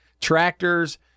tractors